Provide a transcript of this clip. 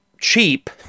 cheap